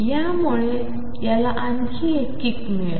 यामुळे याला आणखी एक किक मिळेल